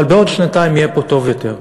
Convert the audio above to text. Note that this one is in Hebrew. אבל בעוד שנתיים יהיה פה טוב יותר,